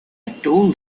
told